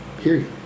period